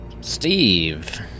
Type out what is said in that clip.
Steve